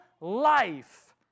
life